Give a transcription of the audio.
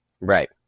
Right